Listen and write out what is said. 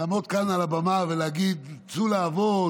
לעמוד כאן על הבמה ולהגיד: צאו לעבוד,